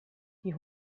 die